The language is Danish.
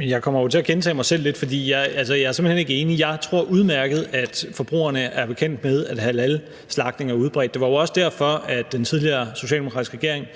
jeg kommer jo til at gentage mig selv lidt, for jeg er simpelt hen ikke enig. Jeg tror, at forbrugerne er udmærket bekendt med, at halalslagtning er udbredt. Det var jo også derfor, at den tidligere socialdemokratiske regering